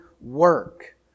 work